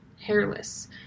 hairless